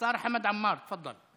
השר חמד עמאר, תפדל.